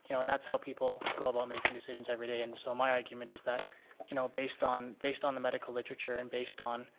you know and that's how people go about making decision everyday. and so my argument is you know based on based on the medical literature and based on,